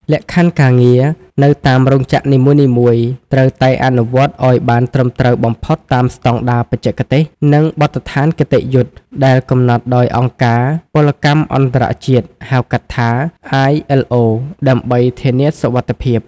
លក្ខខណ្ឌការងារនៅតាមរោងចក្រនីមួយៗត្រូវតែអនុវត្តឱ្យបានត្រឹមត្រូវបំផុតតាមស្តង់ដារបច្ចេកទេស និងបទដ្ឋានគតិយុត្តិដែលកំណត់ដោយអង្គការពលកម្មអន្តរជាតិ ហៅកាត់ថា ILO ដើម្បីធានាសុវត្ថិភាព។